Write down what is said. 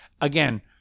again